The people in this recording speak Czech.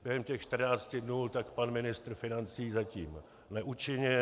Během těch čtrnácti dnů tak pan ministr financí zatím neučinil.